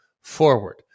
forward